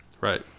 Right